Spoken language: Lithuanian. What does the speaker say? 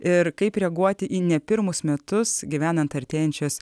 ir kaip reaguoti į ne pirmus metus gyvenant artėjančios